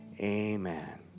amen